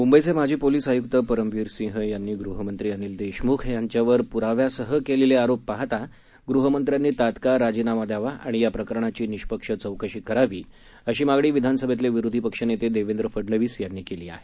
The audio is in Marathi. मुंबईचे माजी पोलिस आयुक्त परमबीर सिंह यांनी गृहमंत्री अनिल देशमुख यांच्यावर पुराव्यासह केलेले आरोप पाहता गृहमंत्र्यांनी तत्काळ राजीनामा द्यावा आणि या प्रकरणाची निष्पक्ष चौकशी करावी असं विधानसभेतले विरोधी पक्षनेते देवेंद्र फडनवीस यांनी म्हटलं आहे